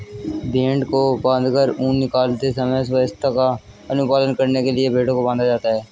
भेंड़ को बाँधकर ऊन निकालते समय स्वच्छता का अनुपालन करने के लिए भेंड़ों को बाँधा जाता है